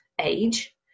age